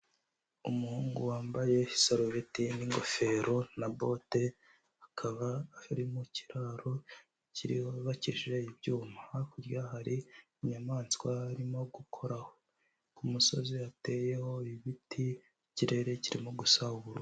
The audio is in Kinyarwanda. Umuhungu wambaye isarubeti n'ingofero na bote, akaba ari mu kiraro kiri bubakishije ibyuma, hakurya hari inyamaswa arimo gukoraho, ku musozi hateyeho ibiti, ikirere kirimo gusa ubururu.